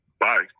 Bye